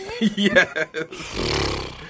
Yes